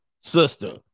sister